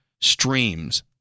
streams